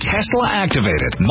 Tesla-activated